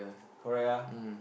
correct ah